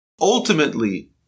Ultimately